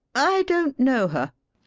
i don't know her.